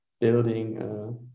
building